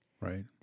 Right